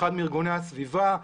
אחד מארגוני הסביבה,